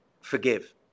forgive